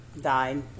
died